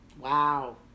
Wow